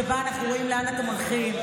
שבה אנחנו רואים לאן אתם הולכים.